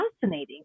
fascinating